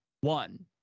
one